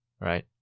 Right